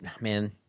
man